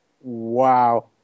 Wow